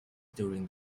during